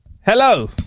Hello